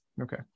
Okay